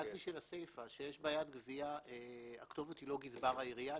רק לגבי הסיפה כאשר יש בעיית גבייה הכתובת היא לא גזבר העירייה.